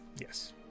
Yes